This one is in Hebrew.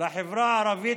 לחברה הערבית,